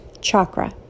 chakra